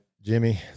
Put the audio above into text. Jimmy